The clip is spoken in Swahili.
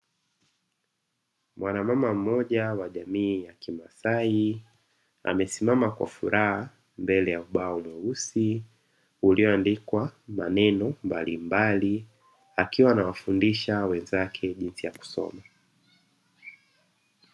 Mwanamama mmoja wa jamii ya kimasai amesimama kwa furaha mbele ya ubao mweusi ulionandikwa maneno mbalimbali, akiwa anawafundisha wenzake jinsi ya kusoma.